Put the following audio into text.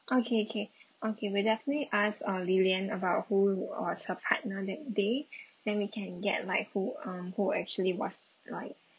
okay K okay we'll definitely ask uh lillian about who was her partner that day then we can get like who um who actually was like